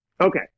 Okay